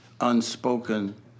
unspoken